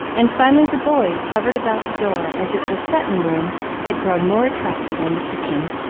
and finally the boys hovered about the door as if the settin'-room had grown more attractive than the kitchen.